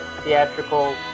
theatrical